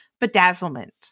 bedazzlement